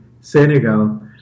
Senegal